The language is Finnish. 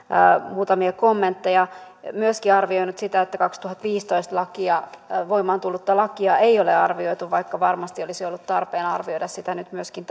muutamia kommentteja ja on myöskin arvioinut sitä että kaksituhattaviisitoista voimaan tullutta lakia ei ole arvioitu vaikka varmasti olisi ollut tarpeen arvioida sitä nyt myöskin